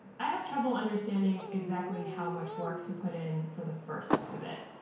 i have trouble understanding exactly how much work to put in for the first pivot.